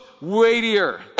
weightier